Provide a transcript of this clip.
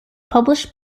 published